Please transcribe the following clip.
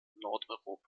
nordeuropa